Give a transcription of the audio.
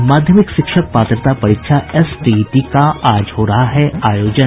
और माध्यमिक शिक्षक पात्रता परीक्षा एसटीईटी का आज हो रहा है आयोजन